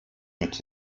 mit